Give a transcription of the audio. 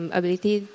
ability